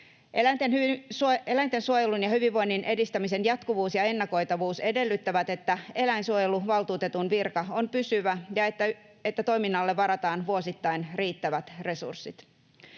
Eläinten suojelun ja hyvinvoinnin edistämisen jatkuvuus ja ennakoitavuus edellyttävät, että eläinsuojeluvaltuutetun virka on pysyvä ja toiminnalle varataan vuosittain riittävät resurssit.